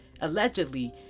allegedly